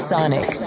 Sonic